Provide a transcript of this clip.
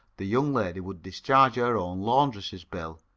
the young lady would discharge her own laundress's bill.